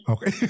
Okay